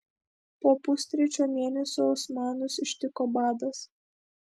po pustrečio mėnesio osmanus ištiko badas